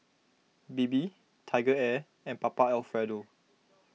Bebe TigerAir and Papa Alfredo